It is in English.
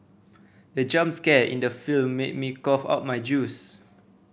the jump scare in the film made me cough out my juice